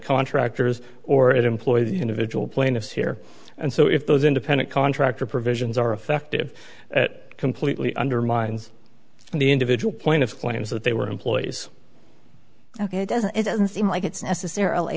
contractors or it employs individual plaintiffs here and so if those independent contractor provisions are effective at completely undermines the individual point of claims that they were employees ok it doesn't it doesn't seem like it's necessarily